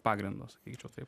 pagrindo sakyčiau taip